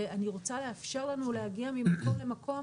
ואני רוצה לאפשר לנו להגיע ממקום למקום